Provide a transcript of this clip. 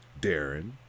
Darren